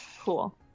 cool